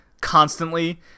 constantly